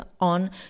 on